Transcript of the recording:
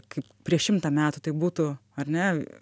kaip prieš šimtą metų tai būtų ar ne